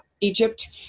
Egypt